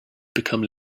become